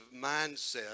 mindset